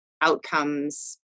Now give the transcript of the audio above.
outcomes